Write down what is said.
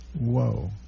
whoa